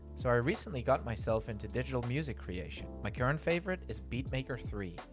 so i recently got myself into digital music creation. my current favorite is beatmaker three.